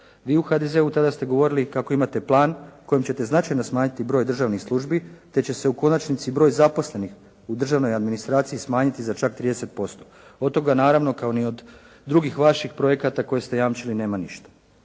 Vi u HDZ-u tada ste govorili kako imate plan kojim ćete značajno smanjiti broj državnih službi te će se u konačnici broj zaposlenih u državnoj administraciji smanjiti za čak 30%. Od toga naravno kao ni od drugih vaših projekata koje ste jamčili nema ništa.